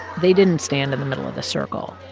they didn't stand in the middle of the circle.